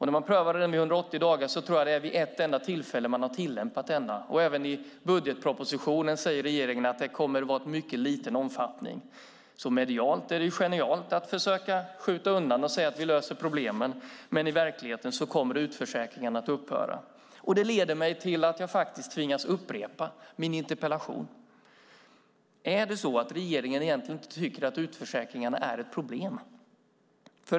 När man prövade den vid 180 dagar tror jag att den tillämpades vid ett enda tillfälle. Även i budgetpropositionen säger regeringen att det kommer att vara en mycket liten omfattning. Medialt är det genialt att försöka skjuta undan det och säga att man löser problemen, men i verkligheten kommer utförsäkringarna att upphöra. Det leder till att jag tvingas upprepa frågorna från min interpellation. Är det så att regeringen egentligen inte tycker att utförsäkringarna är ett problem?